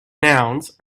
nouns